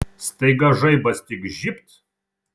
staiga žaibas tik žybt